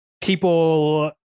People